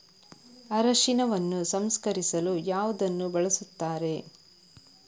ಅರಿಶಿನವನ್ನು ಸಂಸ್ಕರಿಸಲು ಯಾವುದನ್ನು ಬಳಸುತ್ತಾರೆ?